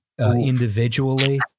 individually